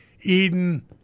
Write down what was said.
Eden